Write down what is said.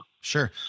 Sure